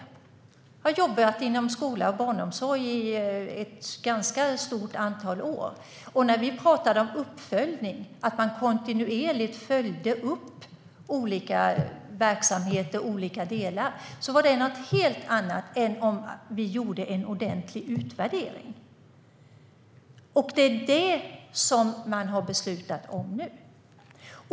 Jag har jobbat inom skola och barnomsorg under ett ganska stort antal år. När vi talade om uppföljning - att man kontinuerligt följer upp olika verksamheter och delar - var det något helt annat än när vi gjorde en ordentlig utvärdering. Det är det man har beslutat om nu.